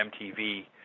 MTV